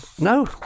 No